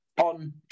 on